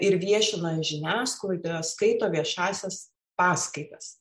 ir viešina žiniasklaidoje skaito viešąsias paskaitas